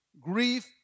grief